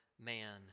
man